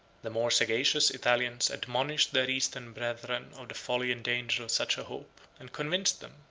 the more sagacious italians admonished their eastern brethren of the folly and danger of such a hope and convinced them,